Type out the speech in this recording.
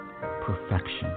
perfection